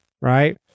right